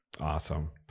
Awesome